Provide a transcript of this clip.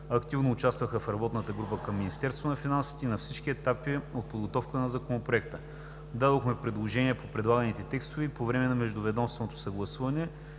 активно участваха в работната група към Министерството на финансите и на всички етапи от подготовката на Законопроекта. Дадохме предложение по предлаганите текстове и по време на междуведомственото съгласуване,